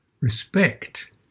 respect